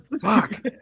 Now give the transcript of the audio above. Fuck